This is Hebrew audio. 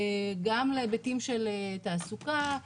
גם להיבטים של תעסוקה,